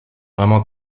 vraiment